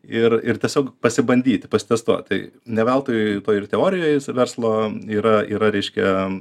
ir ir tiesiog pasibandyti pasitestuot tai ne veltui toj ir teorijoj verslo yra yra reiškia